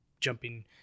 jumping